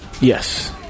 Yes